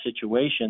situation